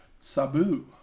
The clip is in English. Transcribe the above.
Sabu